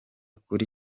kuri